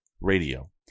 radio